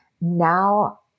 now